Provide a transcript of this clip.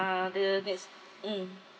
other needs mm